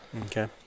Okay